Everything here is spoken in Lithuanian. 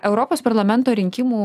europos parlamento rinkimų